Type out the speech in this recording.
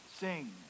Sing